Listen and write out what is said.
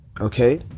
Okay